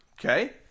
Okay